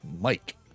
Mike